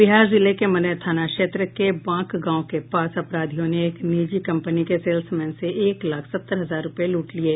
पटना जिले के मनेर थाना क्षेत्र के बांक गांव के पास अपराधियों ने एक निजी कंपनी के सेल्समैन से एक लाख सत्तर हजार रूपये लूट लिये